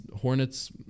Hornets